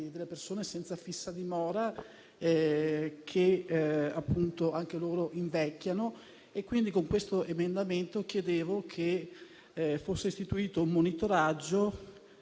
delle persone senza fissa dimora, che pure invecchiano. Con questo emendamento chiedevo che fosse istituito un monitoraggio